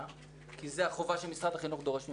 כי זה החובה שמשרד החינוך דורש ממנו,